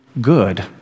good